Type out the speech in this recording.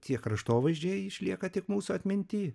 tie kraštovaizdžiai išlieka tik mūsų atminty